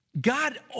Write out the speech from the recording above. God